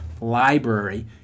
Library